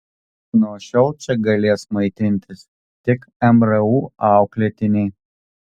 nuo šiol čia galės maitintis tik mru auklėtiniai